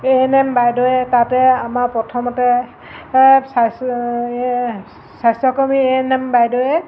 এ N M বাইদেৱে তাতে আমাৰ প্ৰথমতে স্বাস্থ্যকৰ্মী এ এন এম বাইদেউ